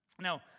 Now